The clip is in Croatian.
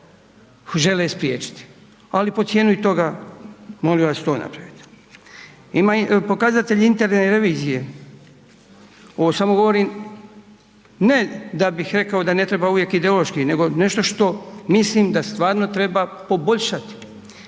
žele spriječiti ali pod cijenu i toga, molim vas to napravite. Pokazatelji interne revizije, ovo samo govorim ne da bih rekao da ne treba uvijek ideološki, nego nešto što mislim da stvarno treba poboljšati.